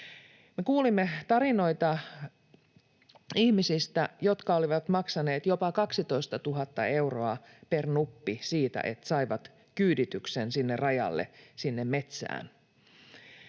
kuulimme tarinoita ihmisistä, jotka olivat maksaneet jopa 12 000 euroa per nuppi siitä, että saivat kyydityksen sinne rajalle, sinne